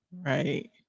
right